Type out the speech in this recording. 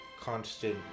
constant